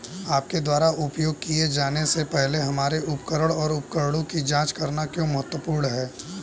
आपके द्वारा उपयोग किए जाने से पहले हमारे उपकरण और उपकरणों की जांच करना क्यों महत्वपूर्ण है?